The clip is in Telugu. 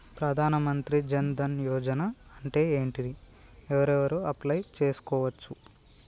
ప్రధాన మంత్రి జన్ ధన్ యోజన అంటే ఏంటిది? ఎవరెవరు అప్లయ్ చేస్కోవచ్చు?